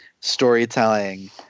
storytelling